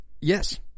Yes